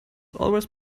always